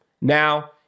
Now